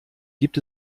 gibt